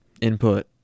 input